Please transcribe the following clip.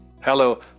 Hello